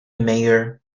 mayor